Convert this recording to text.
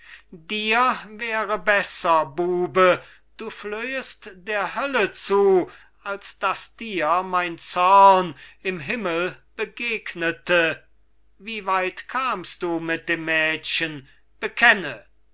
dir wäre besser bube du flöhest der hölle zu als daß dir mein zorn im himmel begegnete wie weit kamst du mit dem mädchen bekenne